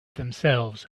themselves